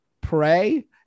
pray